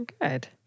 Good